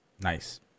nice